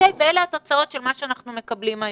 ואלה התוצאות של מה שאנחנו מקבלים היום.